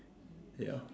ya